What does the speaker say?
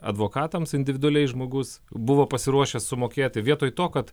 advokatams individualiai žmogus buvo pasiruošęs sumokėti vietoj to kad